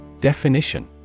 Definition